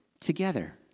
together